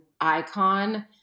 icon